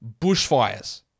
bushfires